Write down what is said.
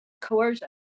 coercion